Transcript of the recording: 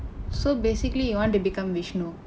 so basically you want to become vishnu